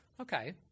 Okay